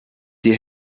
die